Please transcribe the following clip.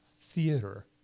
theater